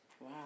Wow